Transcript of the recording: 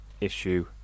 issue